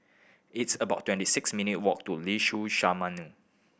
it's about twenty six minutes walk to Liuxun Sanhemiao